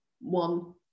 one